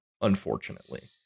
unfortunately